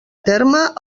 terme